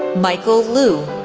michael lu,